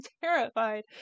terrified